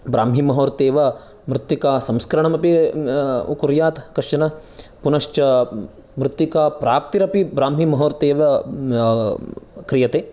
ब्रह्ममुहूर्ते एव मृत्तिकासंस्करणमपि कुर्यात् कश्चन पुनश्च मृत्तिका प्राप्तिरपि ब्रह्ममुहूर्ते एव क्रियते